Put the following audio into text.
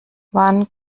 wann